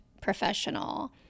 professional